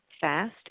fast